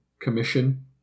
Commission